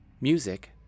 Music